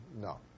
no